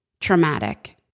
traumatic